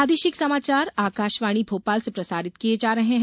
प्रादेशिक समाचार आकाशवाणी भोपाल से प्रसारित किये जा रहे हैं